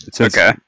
Okay